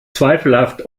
zweifelhaft